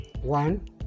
One